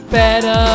better